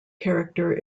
character